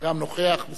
בסדר.